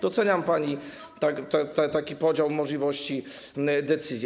Doceniam pani taki podział możliwości decyzji.